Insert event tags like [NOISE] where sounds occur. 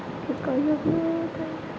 [UNINTELLIGIBLE]